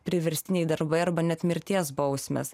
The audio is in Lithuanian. priverstiniai darbai arba net mirties bausmės